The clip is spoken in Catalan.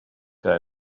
que